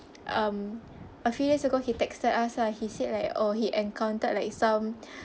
um a few years ago he texted us lah he said like oh he encountered like some